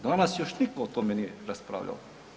Danas još nitko o tome nije raspravljao.